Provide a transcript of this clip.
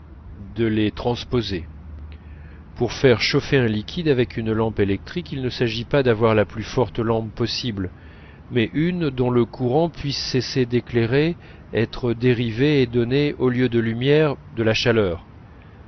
de les transposer pour faire chauffer un liquide avec une lampe électrique il ne s'agit pas d'avoir la plus forte lampe possible mais une dont le courant puisse cesser d'éclairer être dérivé et donner au lieu de lumière de la chaleur